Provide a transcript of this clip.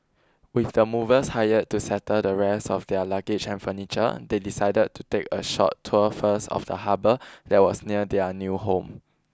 with the movers hired to settle the rest of their luggage and furniture they decided to take a short tour first of the harbor that was near their new home